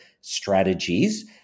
strategies